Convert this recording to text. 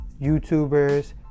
YouTubers